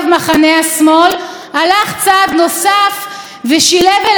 שציין כי פסק הדין הוא כשל יהודי ומוסרי חמור,